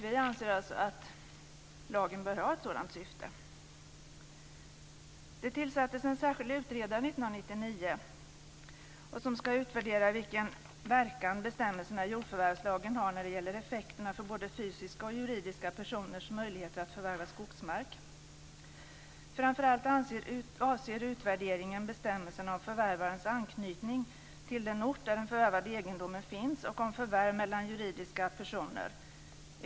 Vi anser att lagen bör ha ett sådant syfte. Det tillsattes en särskild utredare år 1999 som ska utvärdera vilken verkan bestämmelserna i jordförvärvslagen har när det gäller effekterna för både fysiska och juridiska personers möjligheter att förvärva skogsmark. Framför allt avser utvärderingen bestämmelserna om förvärvarens anknytning till den ort där den förvärvade egendomen finns och förvärv mellan juridiska personer.